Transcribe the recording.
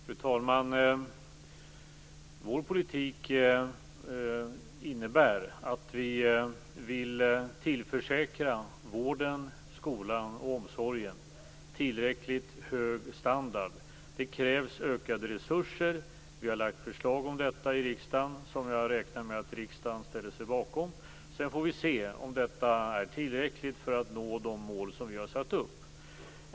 Fru talman! Regeringens politik innebär att vi vill tillförsäkra vården, skolan och omsorgen tillräckligt hög standard. Det krävs ökade resurser. Vi har lagt fram förslag om detta i riksdagen som jag räknar med att den ställer sig bakom. Sedan får vi se om detta är tillräckligt för att nå de mål som vi har satt upp.